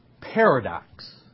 paradox